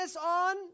on